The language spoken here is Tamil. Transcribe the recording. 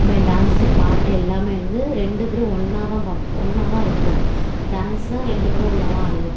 இது மாதிரி டான்ஸு பாட்டு எல்லாமே வந்து ரெண்டு பேரும் ஒன்னாகதான் பார்ப்போம் ஒன்னாகதான் இருப்போம் டான்ஸ்னா ரெண்டு பேரும் ஒன்னாகதான் ஆடுவோம்